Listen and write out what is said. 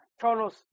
Cholos